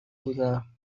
بودم